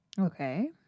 Okay